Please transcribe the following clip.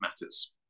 matters